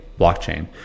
blockchain